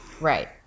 Right